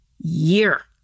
year